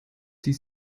die